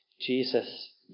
Jesus